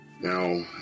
Now